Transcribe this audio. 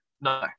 No